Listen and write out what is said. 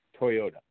Toyota